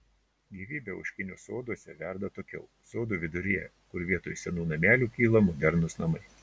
gyvybė ožkinių soduose verda atokiau sodų viduryje kur vietoj senų namelių kyla modernūs namai